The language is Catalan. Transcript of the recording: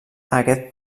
aquest